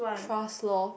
trust loh